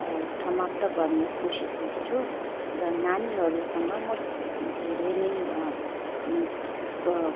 समाप्त गर्ने कोसिस गर्छु र नानीहरूसँग म धेरै नै